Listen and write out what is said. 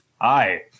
Hi